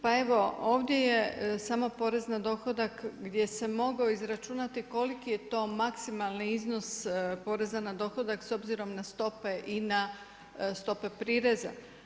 Pa evo ovdje je samo porez na dohodak gdje se moglo izračunati koliki je to maksimalni iznos poreza na dohodak s obzirom na stope i na stope prireza.